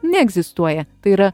neegzistuoja tai yra